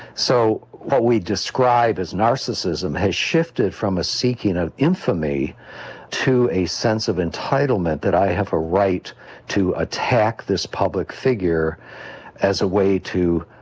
so what we describe as narcissism has shifted from a seeking of infamy to a sense of entitlement that i have a right to attack this public figure as a way to,